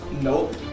Nope